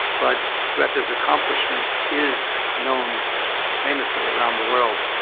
but greta's accomplishment is known famously around the world.